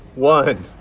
one